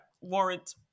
warrant